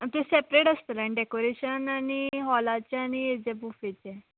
तें सेपरेट आसतलें न्ही डेकोरेशन आनी हॉलाचे आनी बुफेचे